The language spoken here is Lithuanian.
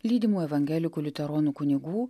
lydimų evangelikų liuteronų kunigų